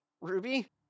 Ruby